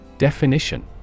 Definition